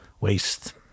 waste